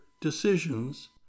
decisions